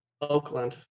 Oakland